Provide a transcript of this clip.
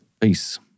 Peace